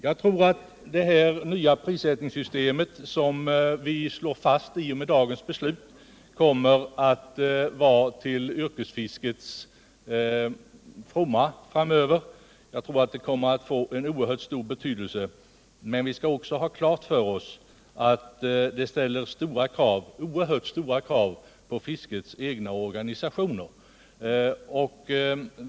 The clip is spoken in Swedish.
Jag tror att det nya prissättningssystem som vi slår fast i och med dagens beslut kommer att bli till yrkesfiskets fromma och få oerhört stor betydelse för framtiden. Men vi bör samtidigt ha klart för oss att det också ställer stora krav på fiskets egna organisationer.